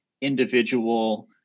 individual